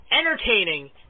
entertaining